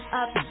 up